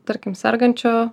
tarkim sergančio